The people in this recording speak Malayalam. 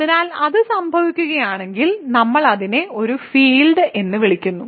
അതിനാൽ അത് സംഭവിക്കുകയാണെങ്കിൽ നമ്മൾ അതിനെ ഒരു ഫീൽഡ് എന്ന് വിളിക്കുന്നു